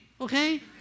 okay